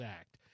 act